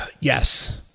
yes.